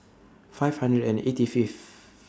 five hundred and eighty Fifth